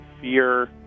fear